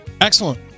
Excellent